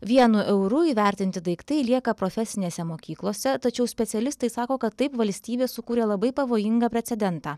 vienu euru įvertinti daiktai lieka profesinėse mokyklose tačiau specialistai sako kad taip valstybė sukūrė labai pavojingą precedentą